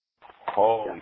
Holy